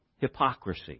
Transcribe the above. hypocrisy